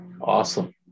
Awesome